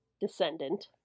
descendant